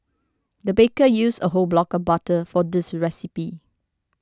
the baker used a whole block of butter for this recipe